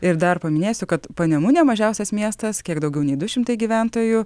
ir dar paminėsiu kad panemunė mažiausias miestas kiek daugiau nei du šimtai gyventojų